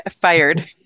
fired